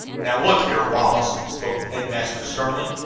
now look here, wallace, spoke the headmaster sternly,